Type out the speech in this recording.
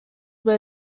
were